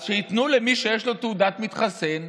אז שייתנו למי שיש לו תעודת מתחסן.